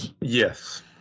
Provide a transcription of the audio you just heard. yes